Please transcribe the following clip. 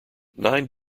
nine